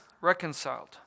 reconciled